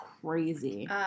crazy